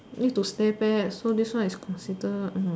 need to stay back so this one is considered